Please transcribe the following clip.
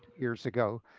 years ago,